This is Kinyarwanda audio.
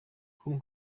com